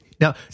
Now